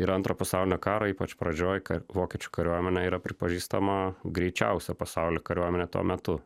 ir antro pasaulinio karo ypač pradžioj kai vokiečių kariuomenė yra pripažįstama greičiausia pasaulio kariuomene tuo metu